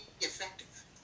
effective